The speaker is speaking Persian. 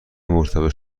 مرتبط